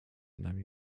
nami